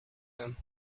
him